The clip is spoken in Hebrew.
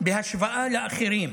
בהשוואה לאחרים.